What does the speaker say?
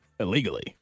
Illegally